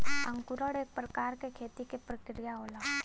अंकुरण एक प्रकार क खेती क प्रक्रिया होला